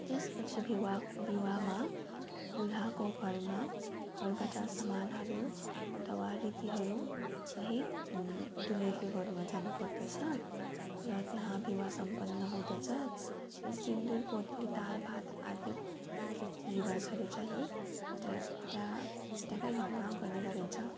त्यस पछि विवाह विवाहमा दुलहाको घरमा घरबाट सामानहरू अथवा रीतिहरू सहित दुलहीको घरमा जानु पर्दछ र त्यहाँ विवाह सम्पन्न हुँदछ र सिन्दूर पोते दाल भात आदि रीतिरिवाजहरू चाहिँ केटा केटा केटाको घरमा गर्ने गरिन्छ